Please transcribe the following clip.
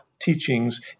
teachings